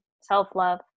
self-love